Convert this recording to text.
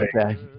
Okay